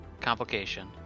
complication